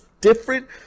different